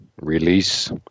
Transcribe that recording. release